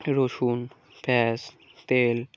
রসুন পেঁয়াজ তেল